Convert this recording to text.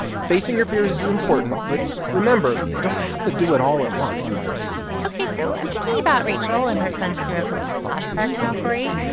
facing your fears is is important. but remember, they don't have to do it all at once ok. so i'm thinking about rachel and her son's fear of the splash park now, cory.